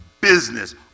business